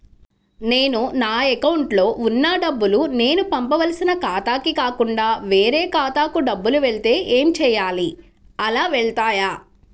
నేను నా అకౌంట్లో వున్న డబ్బులు నేను పంపవలసిన ఖాతాకి కాకుండా వేరే ఖాతాకు డబ్బులు వెళ్తే ఏంచేయాలి? అలా వెళ్తాయా?